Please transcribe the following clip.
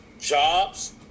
jobs